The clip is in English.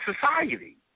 society